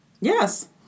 Yes